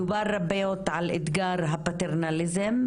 דובר רבות על אתגר הפטרנליזם,